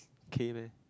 K meh